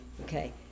okay